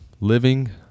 living